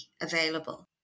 available